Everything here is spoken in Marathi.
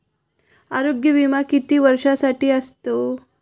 आरोग्य विमा किती वर्षांसाठी असतो?